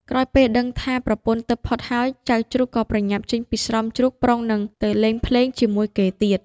ក្រោយពេលដែលដឹងថា ប្រពន្ធទៅផុតហើយ ចៅជ្រូកក៏ប្រញាប់ចេញពីស្រោមជ្រូកប្រុងនឹងទៅលេងភ្លេងជាមួយគេទៀត។